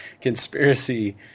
conspiracy